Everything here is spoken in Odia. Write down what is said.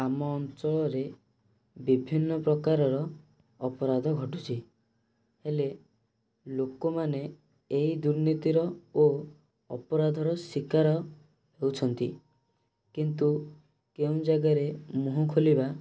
ଆମ ଅଞ୍ଚଳରେ ବିଭିନ୍ନ ପ୍ରକାର ର ଅପରାଧ ଘଟୁଛି ହେଲେ ଲୋକମାନେ ଏହି ଦୁର୍ନୀତି ର ଓ ଅପରାଧ ର ଶୀକାର ହେଉଛନ୍ତି କିନ୍ତୁ କେଉଁ ଜାଗା ରେ ମୁହଁ ଖୋଲିବା